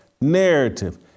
narrative